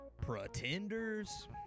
pretenders